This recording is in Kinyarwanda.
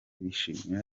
bishimira